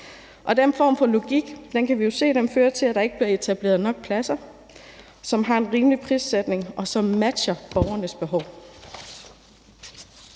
Den form for logik kan vi jo se fører til, at der ikke bliver etableret nok pladser, som har en rimelig prissætning, og som matcher borgernes behov.